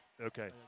Okay